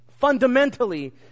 fundamentally